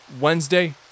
Wednesday